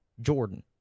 Jordan